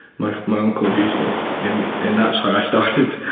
my my uncle abused me, and and that's how i started.